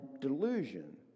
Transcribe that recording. delusion